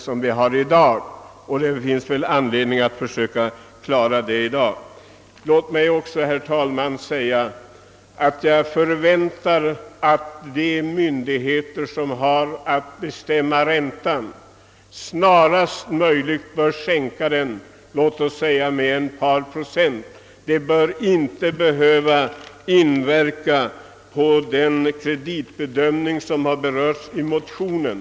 Och det finns anledning att försöka lösa detta problem nu, Låt mig också, herr talman, säga att jag förväntar att de myndigheter som har att bestämma räntan snarast möjligt sänker den låt oss säga med ett par procent; en sådan åtgärd behöver inte inverka på möjligheterna att göra den kreditbedömning som föreslås i motionen.